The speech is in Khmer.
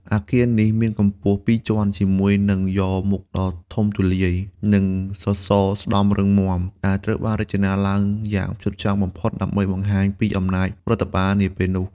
អគារនេះមានកម្ពស់ពីរជាន់ ជាមួយនឹងយ៉រមុខដ៏ធំទូលាយ និងសសរស្ដម្ភរឹងមាំ ដែលត្រូវបានរចនាឡើងយ៉ាងផ្ចិតផ្ចង់បំផុតដើម្បីបង្ហាញពីអំណាចរដ្ឋបាលនាពេលនោះ។